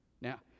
Now